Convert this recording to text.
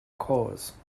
cause